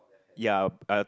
ya um